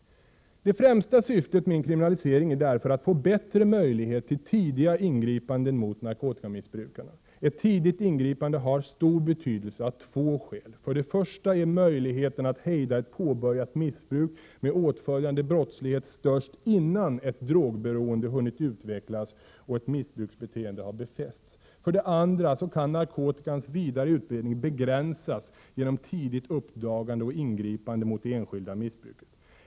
Det främsta syftet med en kriminalisering är därför att få bättre möjlighet till tidiga ingripanden mot narkotikamissbrukarna. Ett tidigt ingripande har stor betydelse av två skäl. För det första är möjligheten att hejda ett påbörjat missbruk med åtföljande brottslighet störst innan ett drogberoende hunnit utvecklas och ett missbruksbeteende har befästs. För det andra kan narkotikans vidare utbredning begränsas genom tidigt uppdagande och ingripande mot det enskilda missbruket.